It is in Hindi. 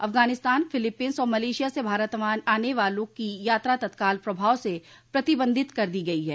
अफगानिस्तान फिलीपींस और मलेशिया से भारत आने वालों की यात्रा तत्काल प्रभाव से प्रतिबंधित कर दी गई है